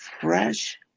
fresh